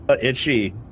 Itchy